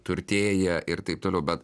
turtėja ir taip toliau bet